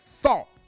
thought